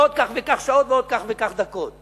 ועוד כך וכך שעות ועוד כך וכך דקות.